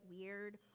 weird